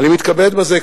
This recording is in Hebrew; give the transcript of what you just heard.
אני מתכבד בזה,